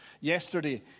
Yesterday